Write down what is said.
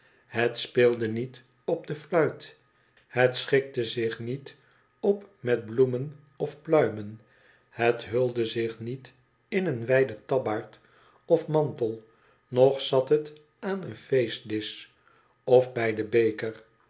het speelde niet op de fluit het schikte zich niet op met bloemen of pluimen het hulde zich niet in een wijden tabbaard of mantel noch zat het aan een feestdisch of bij den beker